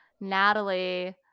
Natalie